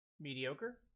mediocre